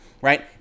right